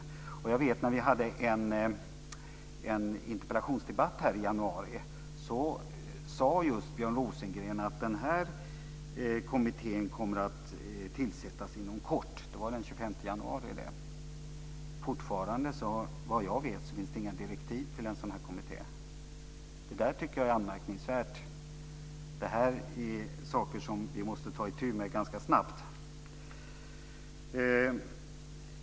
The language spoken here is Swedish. Jag vet att Björn Rosengren när vi hade en interpellationsdebatt här i januari sade att den här kommittén kommer att tillsättas inom kort. Det var den 25 januari. Fortfarande finns det såvitt jag vet inget direktiv till en sådan kommitté. Det tycker jag är anmärkningsvärt. Det här är saker som vi måste ta itu med ganska snabbt.